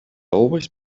always